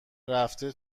رفته